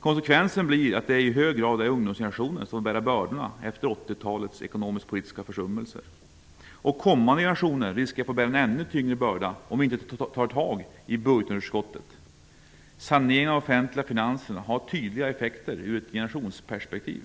Konsekvensen blir att det i hög grad är ungdomsgenerationen som får bära bördorna efter 1980-talets ekonomisk-politiska försummelser. Kommande generationer riskerar få bära en ännu tyngre börda om vi inte tar itu med budgetunderskottet. Saneringen av de offentliga finanserna har tydliga effekter ur ett generationsperspektiv.